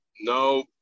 no